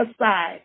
aside